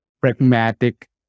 pragmatic